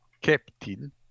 captain